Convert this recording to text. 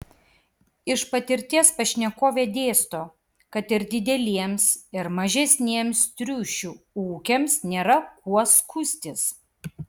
iš patirties pašnekovė dėsto kad ir dideliems ir mažesniems triušių ūkiams nėra kuo skųstis